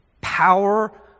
power